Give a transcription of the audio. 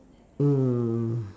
mm